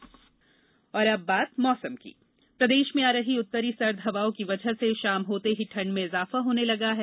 मौसम प्रदेश में आ रही उत्तरी सर्द हवाओं की वजह से शाम होते ही ठंड में इजाफा होने लगा है